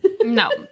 No